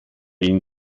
ihn